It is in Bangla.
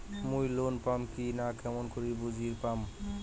মুই লোন পাম কি না কেমন করি বুঝা পাম?